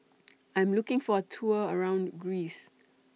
I Am looking For A Tour around Greece